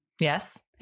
Yes